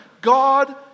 God